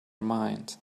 mind